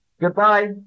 goodbye